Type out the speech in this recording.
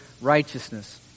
righteousness